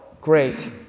great